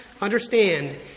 understand